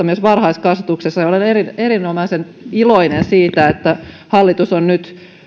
myös varhaiskasvatuksessa olen erinomaisen iloinen siitä että hallitus on nyt